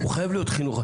הוא חייב להיות חינוכי.